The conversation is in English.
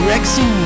Rexy